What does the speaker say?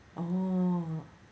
oh